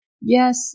Yes